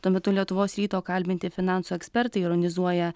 tuo metu lietuvos ryto kalbinti finansų ekspertai ironizuoja